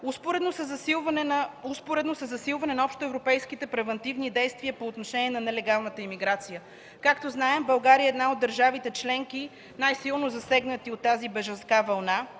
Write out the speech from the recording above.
успоредно със засилване на общоевропейските превантивни действия по отношение на нелегалната емиграция. Както знаем, България е една от държавите членки, най-силно засегнати от тази бежанска вълна